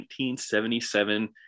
1977